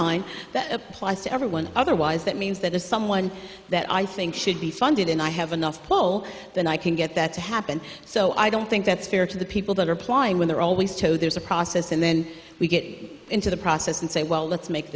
mind that applies to everyone otherwise that means that is someone that i think should be funded and i have enough pull that i can get that to happen so i don't think that's fair to the people that are applying when they're always told there's a process and then we get into the process and say well let's make